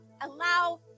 Allow